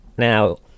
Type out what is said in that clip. Now